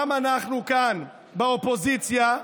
גם אנחנו כאן, באופוזיציה,